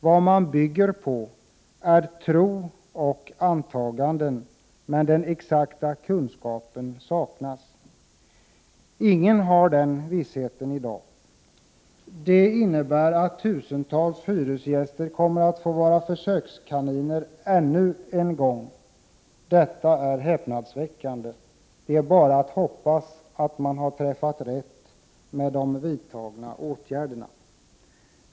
Vad man bygger på är tro och antaganden, men den exakta kunskapen saknas. Ingen har den vissheten i dag. Det innebär att tusentals hyresgäster ännu en gång kommer att få vara försökskaniner. Detta är häpnadsväckande. Det är bara att hoppas att man har träffat rätt med de vidtagna åtgärderna.